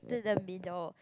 to the middle